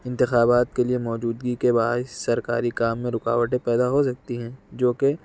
انتخابات کے لیے موجودگی کے باعث سرکاری کام میں رکاوٹیں پیدا ہو سکتی ہیں جوکہ